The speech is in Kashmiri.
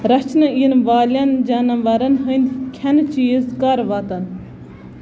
رَچھنہٕ یِنہٕ والٮ۪ن جانوَرن ہٕنٛدۍ کھٮ۪نہ چیٖز کَر واتَن